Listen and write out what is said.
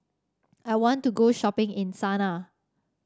I want to go shopping in Sanaa